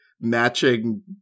matching